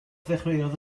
ddechreuodd